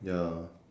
ya